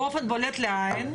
באופן בולט לעין.